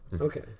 Okay